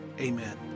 Amen